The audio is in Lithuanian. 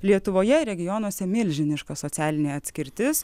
lietuvoje regionuose milžiniška socialinė atskirtis